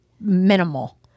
minimal